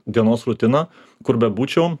dienos rutina kur bebūčiau